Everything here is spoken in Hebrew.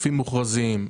חופים מוכרזים.